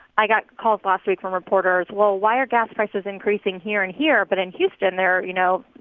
i got called last week from reporters well, why are gas prices increasing here and here, but in houston they're, you know,